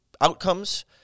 outcomes